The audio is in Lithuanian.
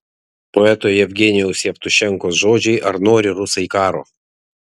poeto jevgenijaus jevtušenkos žodžiai ar nori rusai karo